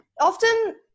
often